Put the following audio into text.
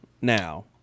now